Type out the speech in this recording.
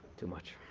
too much.